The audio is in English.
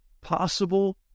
possible